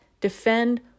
defend